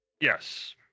yes